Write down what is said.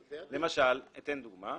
למשל, אציג דוגמה,